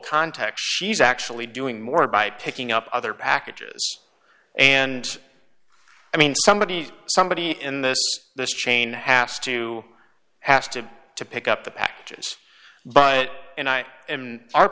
context she's actually doing more by picking up other packages and i mean somebody somebody in this this chain has to has to to pick up the packages but and i and our